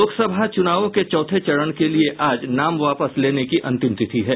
लोकसभा चुनावों के चौथे चरण के लिए आज नाम वापस लेने की अंतिम तिथि है